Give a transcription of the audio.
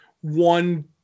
one